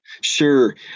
Sure